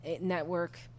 network